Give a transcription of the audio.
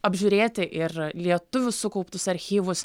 apžiūrėti ir lietuvių sukauptus archyvus